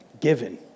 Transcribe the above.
Given